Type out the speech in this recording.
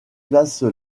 place